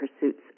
pursuits